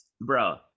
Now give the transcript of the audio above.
Bro